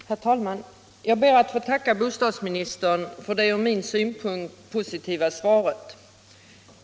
Herr talman! Jag ber att få tacka bostadsministern för det från min synpunkt positiva svaret.